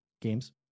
games